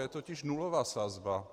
Je totiž nulová sazba.